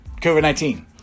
COVID-19